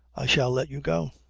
i shall let you go.